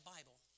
Bible